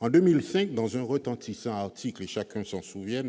En 2005, dans un retentissant article, dont chacun se souvient,